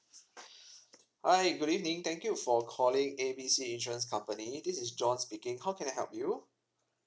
hi good evening thank you for calling A B C insurance company this is john speaking how can I help you